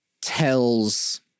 tells